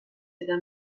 eta